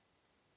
Hvala